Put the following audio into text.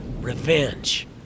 Revenge